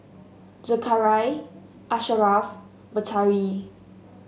Zakaria Asharaff Batari